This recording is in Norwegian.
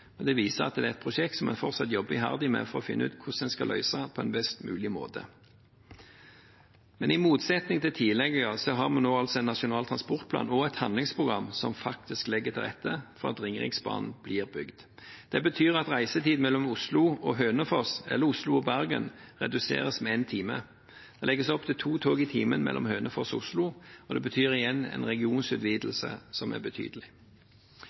men det viser at det er et prosjekt som en fortsatt jobber iherdig med for å finne ut hvordan en skal løse på en best mulig måte. I motsetning til tidligere har vi nå altså en Nasjonal transportplan og et handlingsprogram som faktisk legger til rette for at Ringeriksbanen blir bygd. Det betyr at reisetiden mellom Oslo og Hønefoss eller Oslo og Bergen reduseres med én time. Det legges opp til to tog i timen mellom Hønefoss og Oslo, og det betyr igjen en regionutvidelse som er betydelig.